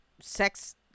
sex